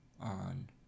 on